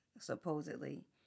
Supposedly